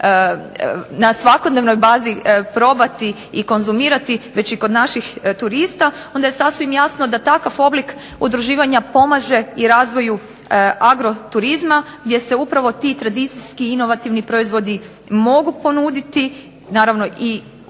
na svakodnevnoj bazi probati i konzumirati već i kod naših turista onda je sasvim jasno da takav oblik udruživanja pomaže i razvoju agro turizma gdje se upravo ti tradicijski inovativni proizvodi mogu ponuditi, naravno i u